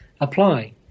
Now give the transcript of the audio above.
apply